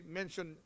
mention